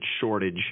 shortage